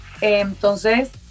Entonces